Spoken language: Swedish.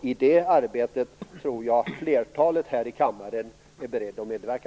I det arbetet är, tror jag, flertalet i denna kammare beredda att medverka.